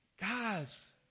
Guys